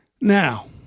Now